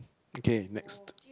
okay next